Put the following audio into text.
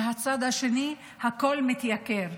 מהצד השני הכול מתייקר.